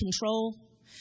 control